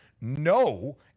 no